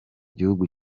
gihugu